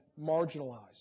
marginalized